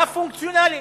רב-פונקציונלית?